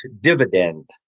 dividend